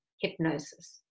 hypnosis